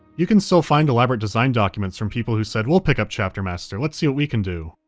you can still find elaborate design documents from people who said we'll pick up chapter master, let's see what we can do!